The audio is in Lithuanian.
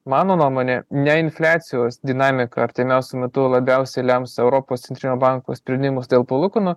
mano nuomone ne infliacijos dinamika artimiausiu metu labiausiai lems europos centrinio banko sprendimus dėl palūkanų